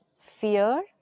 fear